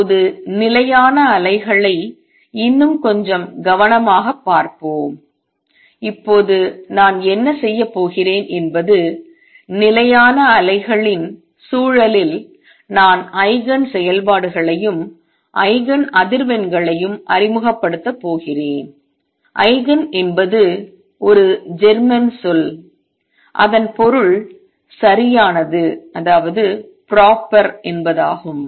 இப்போது நிலையான அலைகளை இன்னும் கொஞ்சம் கவனமாகப் பார்ப்போம் இப்போது நான் என்ன செய்யப் போகிறேன் என்பது நிலையான அலைகளின் சூழலில் நான் ஐகன் செயல்பாடுகளையும் ஐகன் அதிர்வெண்களையும் அறிமுகப்படுத்தப் போகிறேன் ஐகன் என்பது ஒரு ஜெர்மன் சொல் அதன் பொருள் சரியானது என்பதாகும்